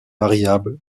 variable